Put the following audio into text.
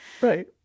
Right